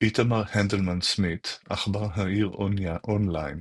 איתמר הנדלמן סמית, עכבר העיר אונליין,